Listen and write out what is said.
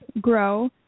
grow